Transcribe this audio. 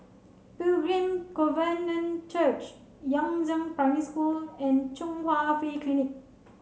Pilgrim Covenant Church Yangzheng Primary School and Chung Hwa Free Clinic